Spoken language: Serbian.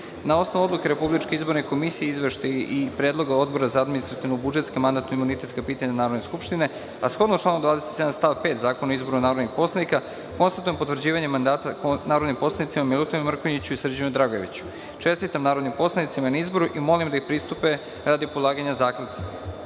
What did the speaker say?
JS.Na osnovu Odluke Republičke izborne komisije i predloga Odbora za administrativno – budžetska i mandatno – imunitetska pitanja Narodne skupštine, shodno članu 27. stav 5. Zakona o izboru narodnih poslanika, konstatujem potvrđivanje mandata narodnim poslanicima Milutinu Mrkonjiću i Srđanu Dragojeviću. Čestitam narodnim poslanicima na izboru i molim da pristupe radi polaganje